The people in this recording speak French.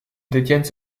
détiennent